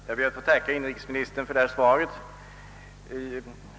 Herr talman! Jag ber att få tacka inrikesministern för svaret.